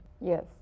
Yes